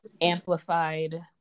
amplified